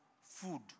food